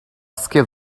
skip